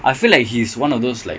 I feel like he's one of those like